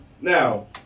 Now